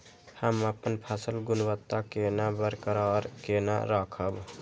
हम अपन फसल गुणवत्ता केना बरकरार केना राखब?